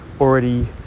already